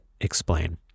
explain